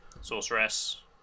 Sorceress